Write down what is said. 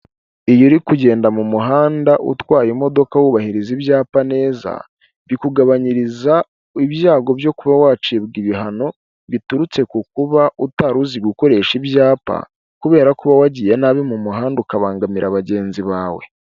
Iyo uri kugenda mu muhanda utwaye imodoka wubahiriza ibyapa neza bikugabanyiriza ibyago byo kuba wacibwa ibihano, biturutse ku kuba utari uzi gukoresha ibyapa, kubera ko uba wagiye nabi mu muhanda ukabangamira bagenzi bawe.